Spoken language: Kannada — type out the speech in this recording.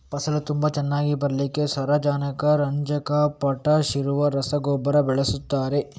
ಫಸಲು ತುಂಬಾ ಚೆನ್ನಾಗಿ ಬರ್ಲಿಕ್ಕೆ ಸಾರಜನಕ, ರಂಜಕ, ಪೊಟಾಷ್ ಇರುವ ರಸಗೊಬ್ಬರ ಬಳಸ್ತಾರೆ